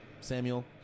Samuel